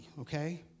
okay